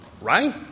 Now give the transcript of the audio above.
right